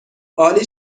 عالی